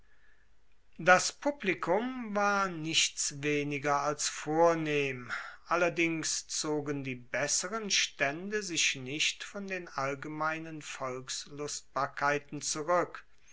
das publikum war nichts weniger als vornehm allerdings zogen die besseren staende sich nicht von den allgemeinen volkslustbarkeiten zurueck